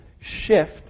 shift